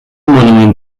monument